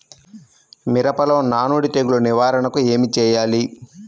మిరపలో నానుడి తెగులు నివారణకు ఏమి చేయాలి?